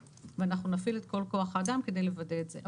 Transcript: ואנחנו נפעיל את כל כוח האדם כדי לוודא את זה.